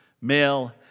male